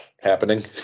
happening